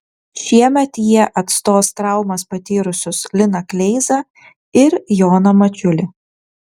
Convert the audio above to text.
šiemet jie atstos traumas patyrusius liną kleizą ir joną mačiulį